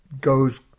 goes